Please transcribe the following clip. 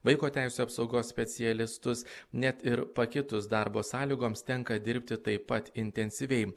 vaiko teisių apsaugos specialistus net ir pakitus darbo sąlygoms tenka dirbti taip pat intensyviai